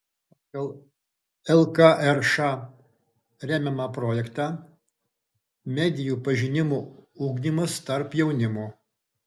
pagal lkrš remiamą projektą medijų pažinimo ugdymas tarp jaunimo